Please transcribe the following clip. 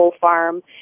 farm